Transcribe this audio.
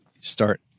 start